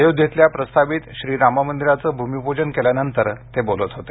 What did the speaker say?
अयोध्येतल्या प्रस्तावित श्रीराम मंदिराचं भूमिपूजन केल्यानंतर ते बोलत होते